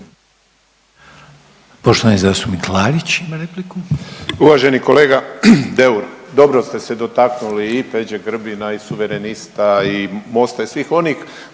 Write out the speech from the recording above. **Klarić, Tomislav (HDZ)** Uvaženi kolega Deur. Dobro ste se dotakli i Peđe Grbina i Suverenista i Mosta i svih onih